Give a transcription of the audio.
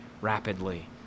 rapidly